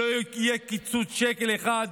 שלא יהיה קיצוץ שקל אחד.